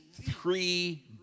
three